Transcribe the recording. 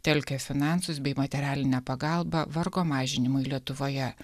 telkia finansus bei materialinę pagalbą vargo mažinimui lietuvoje